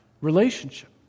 relationship